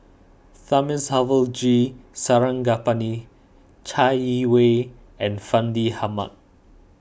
Thamizhavel G Sarangapani Chai Yee Wei and Fandi Ahmad